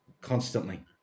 constantly